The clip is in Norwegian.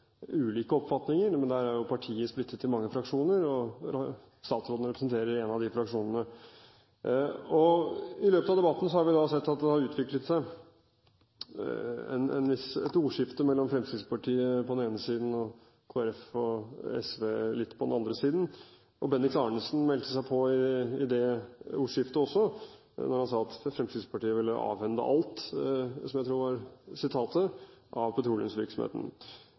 vi da sett at det har utviklet seg et ordskifte mellom Fremskrittspartiet på den ene siden og Kristelig Folkeparti og SV på den andre siden. Bendiks H. Arnesen meldte seg også på i det ordskiftet og sa at Fremskrittspartiet ville «avhende alt» – som jeg tror var sitatet – av petroleumsvirksomheten.